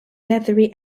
leathery